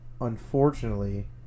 unfortunately